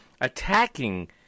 attacking